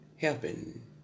helping